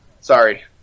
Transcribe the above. Sorry